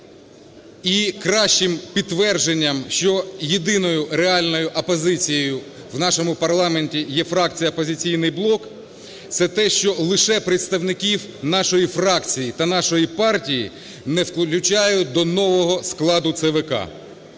І кращим підтвердженням, що єдиною реальною опозицією у нашому парламенті є фракція "Опозиційний блок", це те, що лише представників нашої фракції та нашої партії не включають до нового складу ЦВК.